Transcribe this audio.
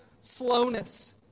slowness